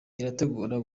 irategura